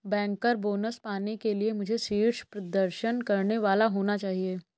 banker bonus पाने के लिए मुझे शीर्ष प्रदर्शन करने वाला होना चाहिए